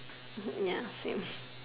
ya same